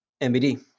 MBD